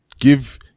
give